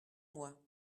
moi